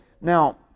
Now